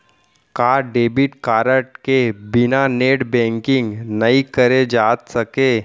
का debit card के बिना नेट बैंकिंग नई करे जाथे सके?